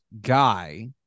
guy